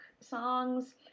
songs